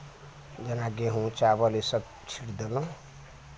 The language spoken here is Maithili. जेना गेहूँ चावल इसभ छीँटि देलहुँ